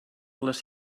les